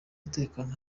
umutekano